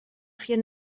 fear